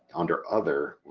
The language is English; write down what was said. under other,